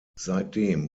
seitdem